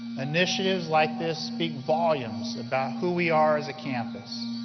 initiatives like this speak volumes about who we are as a campus.